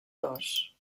dos